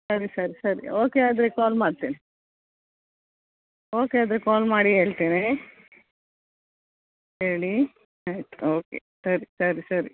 ಸರಿ ಸರಿ ಸರಿ ಓಕೆ ಆದರೆ ಕಾಲ್ ಮಾಡ್ತೇನೆ ಓಕೆ ಆದರೆ ಕಾಲ್ ಮಾಡಿ ಹೇಳ್ತೇವೆ ಹೇಳಿ ಆಯ್ತು ಓಕೆ ಸರಿ ಸರಿ ಸರಿ